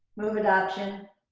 move adoption.